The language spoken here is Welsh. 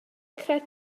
creu